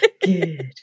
Good